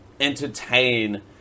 entertain